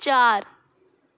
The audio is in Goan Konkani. चार